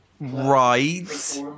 right